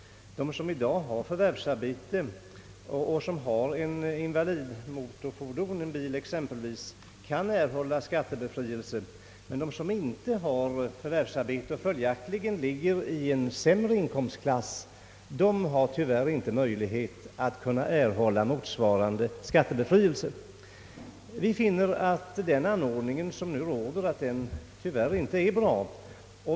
Den som i dag har förvärvsarbete och äger ett invalidmotorfordon, en bil exempelvis, kan erhålla skattebefrielse; den som inte har förvärvsarbete och följaktligen ligger i en lägre inkomstklass kan däremot tyvärr inte erhålla motsvarande skattebefrielse. Vi finner, att denna ordning inte är bra.